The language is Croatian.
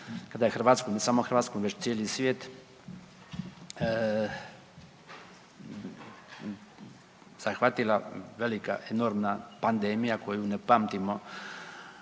kada je Hrvatsku, ne samo Hrvatsku, već cijeli svijet zahvatila velika, enormna pandemija koju ne pamtimo